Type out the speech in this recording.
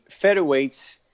featherweights